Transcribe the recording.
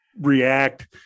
react –